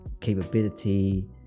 capability